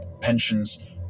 pensions